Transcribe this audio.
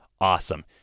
awesome